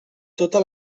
tota